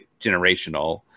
generational